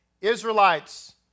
Israelites